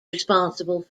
responsible